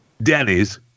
Denny's